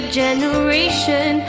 generation